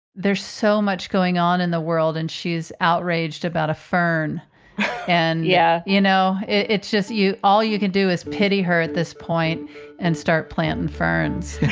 there's so much going on in the world and she's outraged about a fern and, yeah, you know, it's just you all you can do is pity her at this point and start planting ferns